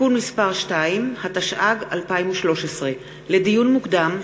(תיקון מס' 2), התשע"ג 2013. לדיון מוקדם: